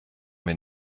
mir